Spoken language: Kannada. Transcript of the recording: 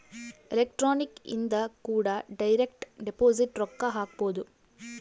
ಎಲೆಕ್ಟ್ರಾನಿಕ್ ಇಂದ ಕೂಡ ಡೈರೆಕ್ಟ್ ಡಿಪೊಸಿಟ್ ರೊಕ್ಕ ಹಾಕ್ಬೊದು